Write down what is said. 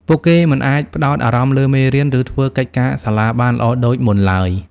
ពួកគេមិនអាចផ្តោតអារម្មណ៍លើមេរៀន ឬធ្វើកិច្ចការសាលាបានល្អដូចមុនឡើយ។